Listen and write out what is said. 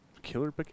Killer